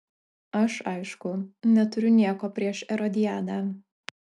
aš aišku neturiu nieko prieš erodiadą